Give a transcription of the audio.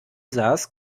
saß